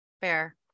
Fair